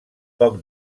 poc